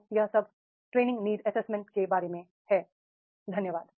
तो यह सब ट्रे निंग नीड एसेसमेंट के बारे में है धन्यवाद